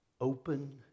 open